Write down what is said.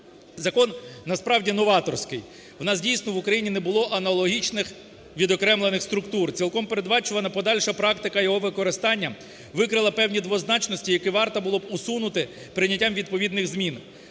Закон насправді новаторський, у нас, дійсно, в Україні не було аналогічних відокремлених структур. Цілком передбачувана практика його використання викрила певні двозначності, які варто було б усунути прийняттям відповідних змін